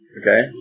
Okay